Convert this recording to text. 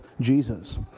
Jesus